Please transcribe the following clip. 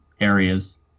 areas